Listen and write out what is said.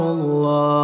Allah